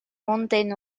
mountain